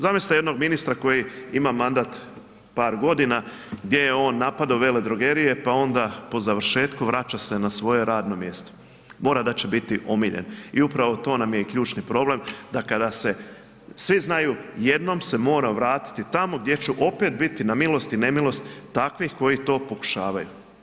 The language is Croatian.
Zamislite jednog ministra koji ima mandat par godina, gdje je on napadao Veledrogerije, pa onda po završetku vraća se na svoje radno mjesto, mora da će biti omiljen i upravo to nam je i ključni problem da kada se, svi znaju jednom se moram vratiti tamo gdje ću opet biti na milost i nemilost takvih koji to pokušavaju.